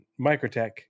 microtech